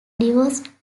divorced